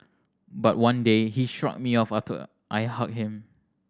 but one day he shrugged me off after I hugged him